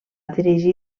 dirigir